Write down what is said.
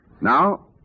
Now